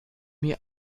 mir